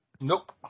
Nope